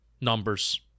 Numbers